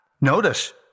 Notice